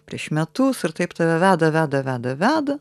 prieš metus ir taip tave veda veda veda veda